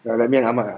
ya like me and ahmad ah